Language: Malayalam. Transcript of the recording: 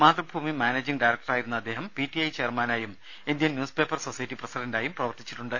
മാതൃഭൂമി മാനേജിങ്ങ് ഡയറക്ടറായിരുന്ന അദ്ദേഹം പിടിഐ ചെയർമാനായും ഇന്ത്യൻ ന്യൂസ്പേപ്പർ സൊസൈറ്റി പ്രസിഡന്റായും പ്രവർത്തിച്ചിട്ടുണ്ട്